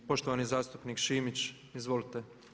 Poštovani zastupnik Šimić, izvolite.